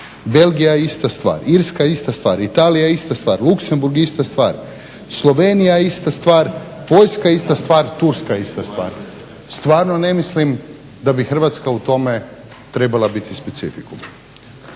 Belgija ista stvar, Irska ista stvar, Italija ista stvar, Luksemburg ista stvar, Slovenija ista stvar, Poljska ista stvar, Turska ista stvar. Stvarno ne mislim da bi Hrvatska u tome trebala biti specifikum.